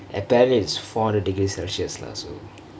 the tyre is four hundred degree celsius lah so